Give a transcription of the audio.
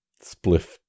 Spliff